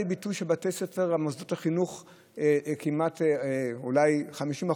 וזה בא לידי ביטוי בכך שבבתי הספר ובמוסדות החינוך אולי ב-50%